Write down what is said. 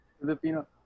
Filipino